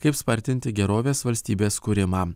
kaip spartinti gerovės valstybės kūrimą